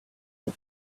the